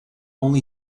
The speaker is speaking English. only